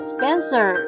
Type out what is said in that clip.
Spencer